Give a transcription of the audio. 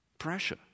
pressure